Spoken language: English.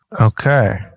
Okay